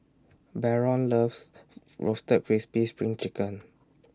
Baron loves Roasted Crispy SPRING Chicken